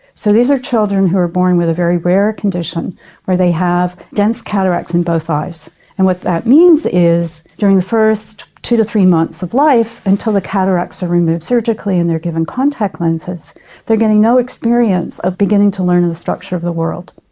so these are children who are born with a very rare condition where they have dense cataracts in both eyes. and what that means is during the first two to three months of life until the cataracts are removed surgically and they are given contact lenses they are getting no experience of beginning to learn the structure of the world.